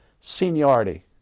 Seniority